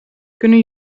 kunnen